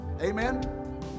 Amen